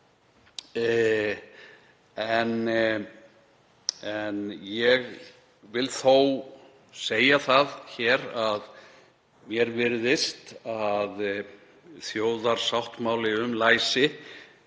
Ég vil þó segja það hér að mér virðist að þjóðarsáttmáli um læsi